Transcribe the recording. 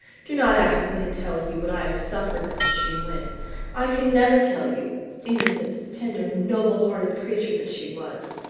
do not ask me to tell you what i have suffered since she went i can never tell you innocent, tender, noble-hearted creature that she was.